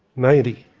ninety.